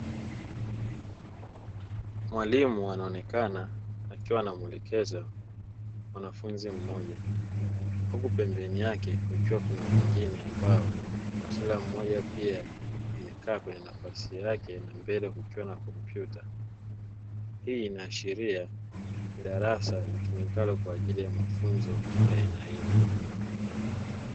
Mwalimu anaonekana akiwa anamwelekeza mwanafunzi mmoja, huku pembeni yake kukiwa na wengine ambao kila mmoja amekaa kwenye nafasi yake, na mbele kukiwa na kompyuta katika darasa linalotumika kwa ajili ya mafunzo ya aina hiyo.